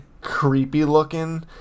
creepy-looking